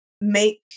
make